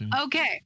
Okay